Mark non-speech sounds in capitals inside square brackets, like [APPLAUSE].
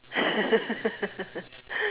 [LAUGHS]